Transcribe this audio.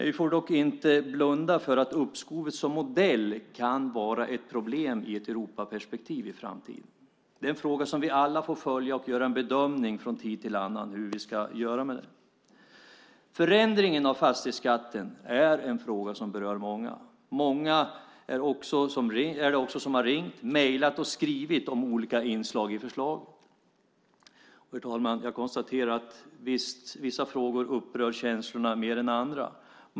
Vi får dock inte blunda för att uppskovet som modell kan vara ett problem i ett Europaperspektiv i framtiden. Det är en fråga som vi alla får följa, och vi får göra en bedömning från tid till annan av hur vi ska göra med den. Förändringen av fastighetsskatten är en fråga som berör många. Många är det också som har ringt, mejlat och skrivit om olika inslag i förslaget. Herr talman! Jag konstaterar att vissa frågor upprör känslorna mer än andra.